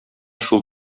шул